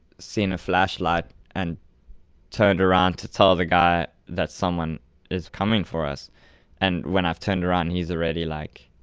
seen a flashlight and turned around to tell the guy that someone is coming for us and when i've turned around, he's already like,